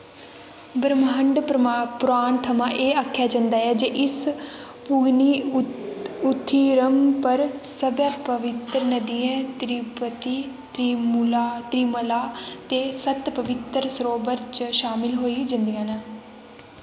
ब्रह्मंड पुराण थमां एह् आखेआ जंदा ऐ जे इस पंगुनी उथिरम पर सब्भै पवित्तर नदियां तिरुपति तिरुमाला ते सत्त पवित्तर सरोवरें च शामल होई जंदियां न